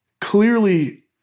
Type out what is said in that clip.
clearly